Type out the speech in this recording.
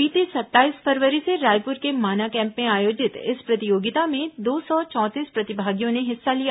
बीते सत्ताईस फरवरी से रायपुर के माना कैम्प में आयोजित इस प्रतियोगिता में दो सौ चौंतीस प्रतिभागियों ने हिस्सा लिया